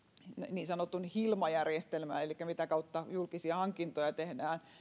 niin sanotun hilma järjestelmän mitä kautta julkisia hankintoja tehdään